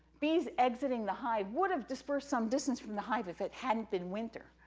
bees exiting the hive would have dispersed some distance from the hive, if it hadn't been winter.